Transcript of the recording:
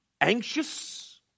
anxious